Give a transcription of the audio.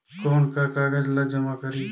कौन का कागज ला जमा करी?